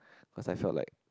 cause I felt like